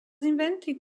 invited